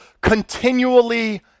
continually